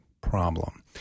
problem